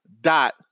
dot